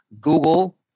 Google